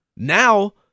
Now